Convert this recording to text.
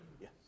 Yes